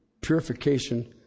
purification